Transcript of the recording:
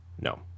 No